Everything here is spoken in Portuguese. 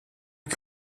que